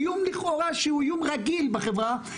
איום לכאורה שהוא איום רגיל בחברה,